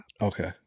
Okay